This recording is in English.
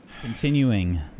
Continuing